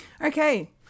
Okay